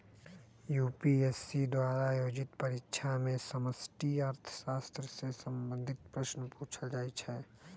UPSC द्वारा आयोजित परीक्षा में समष्टि अर्थशास्त्र से संबंधित प्रश्न पूछल जाइ छै